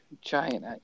giant